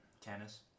Tennis